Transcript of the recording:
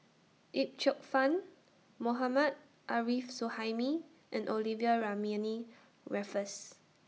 Yip Cheong Fun Mohammad Arif Suhaimi and Olivia Mariamne Raffles